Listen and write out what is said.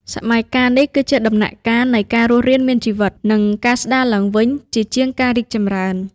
សម័យកាលនេះគឺជាដំណាក់កាលនៃ ការរស់រានមានជីវិត និងការស្តារឡើងវិញ ជាជាងការរីកចម្រើន។